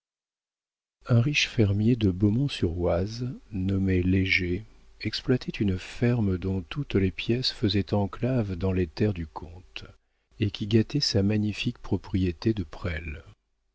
un riche fermier de beaumont sur oise nommé léger exploitait une ferme dont toutes les pièces faisaient enclave dans les terres du comte et qui gâtait sa magnifique propriété de presles